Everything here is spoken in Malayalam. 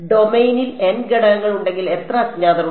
ഡൊമെയ്നിൽ n ഘടകങ്ങൾ ഉണ്ടെങ്കിൽ എത്ര അജ്ഞാതർ ഉണ്ട്